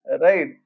Right